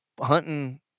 hunting